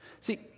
See